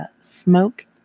Smoke